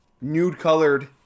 nude-colored